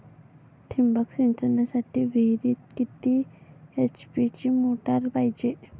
ठिबक सिंचनासाठी विहिरीत किती एच.पी ची मोटार पायजे?